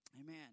amen